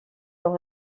leur